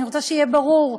אני רוצה שיהיה ברור: